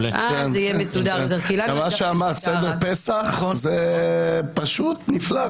מה שאמרת לגבי סדר פסח, זה פשוט נפלא.